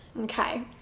Okay